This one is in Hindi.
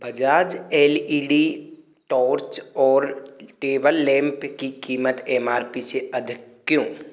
Bajaj L E D torch और टेबल लैंप की क़ीमत एम आर पी से अधिक क्यों